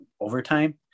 overtime